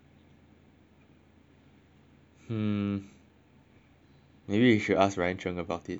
hmm maybe if you ask ryan chng about it